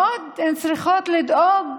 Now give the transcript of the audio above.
והן עוד צריכות לדאוג